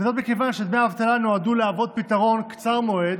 וזאת מכיוון שדמי האבטלה נועדו להוות פתרון קצר מועד,